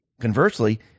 Conversely